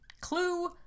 clue